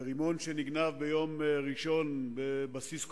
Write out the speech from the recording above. ורימון שנגנב ביום ראשון בבסיס כלשהו,